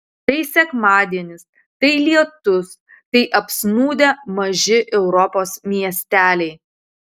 tai sekmadienis tai lietus tai apsnūdę maži europos miesteliai